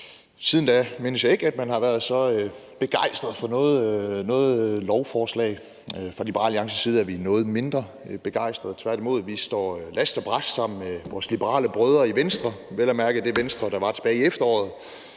Siden da mindes jeg ikke, man har været så begejstret for noget lovforslag. Fra Liberal Alliances side er vi noget mindre begejstrede. Tværtimod står vi last og brast sammen med vores liberale brødre, vel at mærke det Venstre, der var tilbage i efteråret,